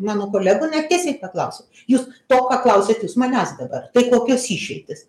mano kolega na tiesiai paklausė jūs to paklausėt jūs manęs dabar tai kokios išeitys